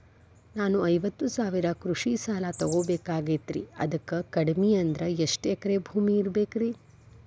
ನಾನು ಐವತ್ತು ಸಾವಿರ ಕೃಷಿ ಸಾಲಾ ತೊಗೋಬೇಕಾಗೈತ್ರಿ ಅದಕ್ ಕಡಿಮಿ ಅಂದ್ರ ಎಷ್ಟ ಎಕರೆ ಭೂಮಿ ಇರಬೇಕ್ರಿ?